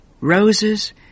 roses